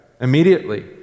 Immediately